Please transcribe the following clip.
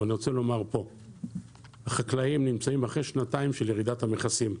אבל החקלאים נמצאים אחרי שנתיים של ירידת המכסים,